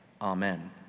Amen